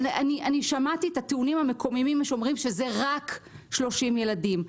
שמעתי את הטיעונים המקוממים שאומרים שזה רק 30 ילדים,